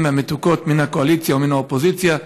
והמתוקות מן הקואליציה ומן האופוזיציה.